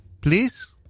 Please